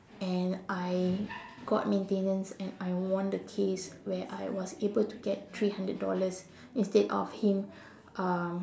and I got maintenance and I won the case where I was able to get three hundred dollars instead of him um